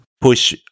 push